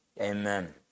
amen